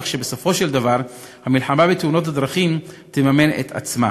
כך שבסופו של דבר המלחמה בתאונות הדרכים תממן את עצמה.